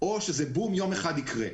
או שיום אחד זה יקרה.